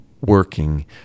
working